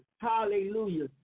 Hallelujah